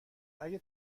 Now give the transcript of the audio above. اگه